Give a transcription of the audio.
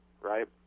right